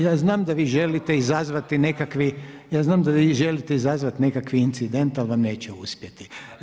Ja znam da vi želite izazvati nekakvi, ja znam da vi želite izazvati nekakvi incident, ali vam neće uspjeti.